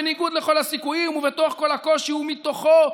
בניגוד לכל הסיכויים ובתוך כל הקושי ומתוכו,